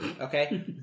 Okay